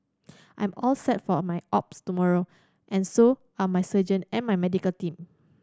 I'm all set for my opts tomorrow and so are my surgeon and my medical team